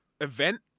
event